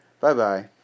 Bye-bye